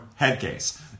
headcase